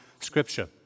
Scripture